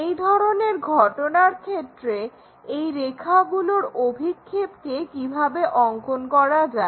এই ধরনের ঘটনার ক্ষেত্রে এই রেখাগুলোর অভিক্ষেপকে কিভাবে অঙ্কন করা যায়